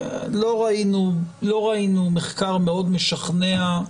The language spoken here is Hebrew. לא ראינו מחקר מאוד משכנע,